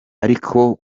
ariko